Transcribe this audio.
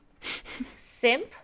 Simp